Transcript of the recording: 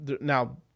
now